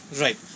right